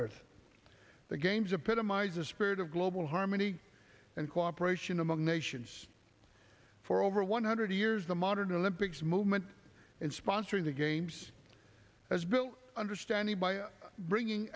earth the games a pit in my eyes a spirit of global harmony and cooperation among nations for over one hundred years the modern olympics movement and sponsoring the games as built understanding by bringing